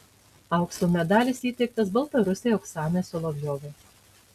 aukso medalis įteiktas baltarusei oksanai solovjovai